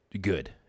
good